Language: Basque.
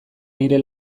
nire